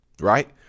right